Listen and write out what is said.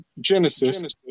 Genesis